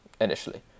initially